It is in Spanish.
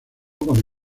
con